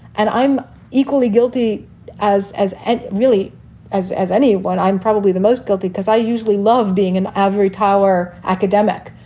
and i'm equally guilty as as and really as as any one. i'm probably the most guilty because i usually love being an ivory tower academic.